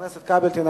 ועדת הכנסת תכריע.